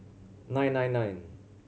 nine nine nine